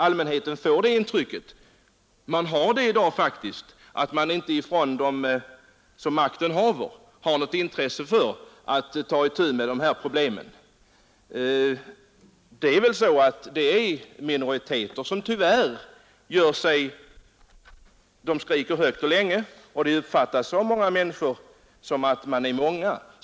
Allmänheten har i dag det intrycket att de som makten haver inte visar något intresse för den saken. Tyvärr är det så att när små grupper skriker högt och länge, så uppfattas de ofta som om de vore stora.